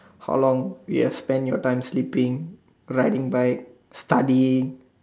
how long you've spent your time sleeping riding bike studying